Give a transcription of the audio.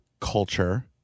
culture